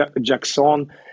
Jackson